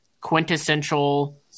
quintessential